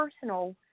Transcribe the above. personal